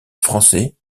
français